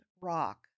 rock